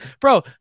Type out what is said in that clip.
bro